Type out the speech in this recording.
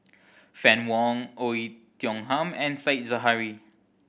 Fann Wong Oei Tiong Ham and Said Zahari